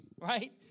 right